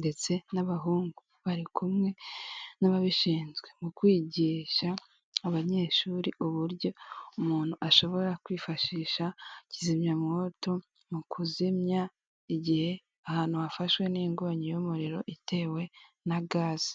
ndetse n'abahungu bari kumwe n'ababishinzwe, mu kwigisha abanyeshuri uburyo umuntu ashobora kwifashisha kizimyamwoto mu kuzimya igihe ahantu hafashwe n'inkonyi y'umuriro itewe na gaze.